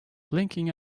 blinking